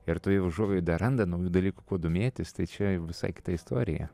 ir toj užuovėjoj dar randa naujų dalykų kuo domėtis tai čia visai kita istorija